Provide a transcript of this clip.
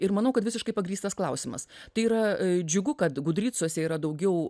ir manau kad visiškai pagrįstas klausimas tai yra džiugu kad gudricuose yra daugiau